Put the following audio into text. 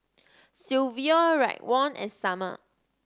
Silvio Raekwon and Summer